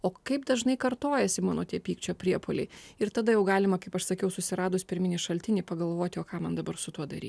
o kaip dažnai kartojasi mano tie pykčio priepuoliai ir tada jau galima kaip aš sakiau susiradus pirminį šaltinį pagalvoti o ką man dabar su tuo daryti